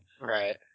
right